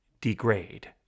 degrade